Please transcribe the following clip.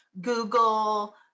Google